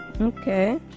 Okay